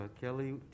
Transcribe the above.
kelly